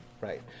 right